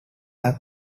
are